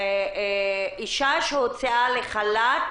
אישה שהוצאה לחל"ת